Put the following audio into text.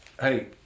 hey